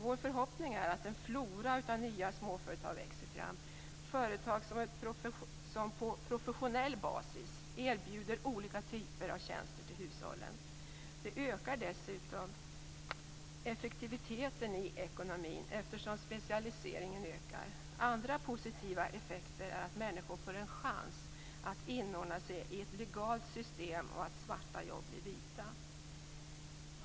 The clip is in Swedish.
Vår förhoppning är att en flora av nya småföretag skall växa fram, företag som på professionell basis erbjuder olika typer av tjänster till hushållen. Det ökar dessutom effektiviteten i ekonomin, eftersom specialiseringen ökar. Andra positiva effekter är att människor får en chans att inordna sig i ett legalt system och att svarta jobb blir vita.